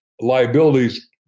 liabilities